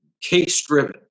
case-driven